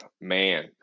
Man